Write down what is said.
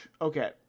Okay